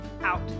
out